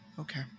okay